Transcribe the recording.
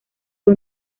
fue